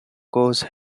course